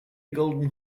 golden